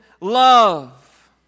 love